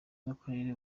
bw’akarere